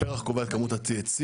הפרח קובע את כמות ה-THC.